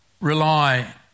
rely